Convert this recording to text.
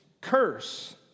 curse